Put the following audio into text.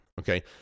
Okay